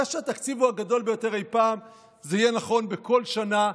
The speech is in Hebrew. זה שהתקציב הוא הגדול ביותר אי פעם זה יהיה נכון בכל שנה,